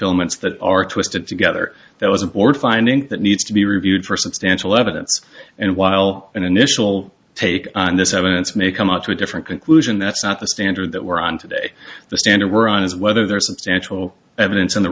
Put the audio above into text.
filaments that are twisted together that was a board finding that needs to be reviewed for substantial evidence and while an initial take on this evidence may come up to a different conclusion that's not the standard that we're on today the standard we're on is whether there are substantial evidence in the